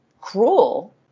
cruel